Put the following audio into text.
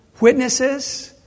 witnesses